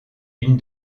une